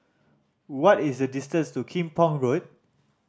what is the distance to Kim Pong Road